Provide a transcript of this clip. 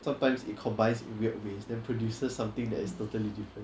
sometimes it combines in weird ways then produces something that is totally different